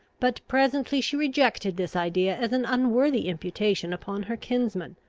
but presently she rejected this idea as an unworthy imputation upon her kinsman,